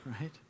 right